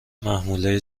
محموله